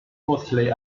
mostly